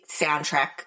soundtrack